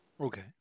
Okay